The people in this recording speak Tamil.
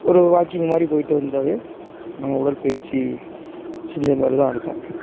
ஒரு வாக்கிங் மாதிரி போயிட்டு வந்தாவே நம்ம உடற்பயிற்சி செஞ்சமாதிரி தான் அர்த்தம்